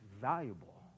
valuable